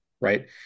right